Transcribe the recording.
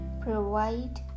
Provide